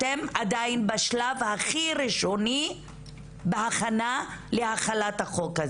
אתם עדיין בשלב הכי ראשוני בהכנה להחלת החוק.